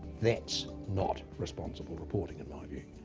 that's not responsible reporting in my view.